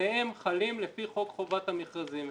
שניהם חלים לפי חוק חובת המכרזים.